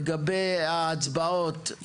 לגבי ההצבעות,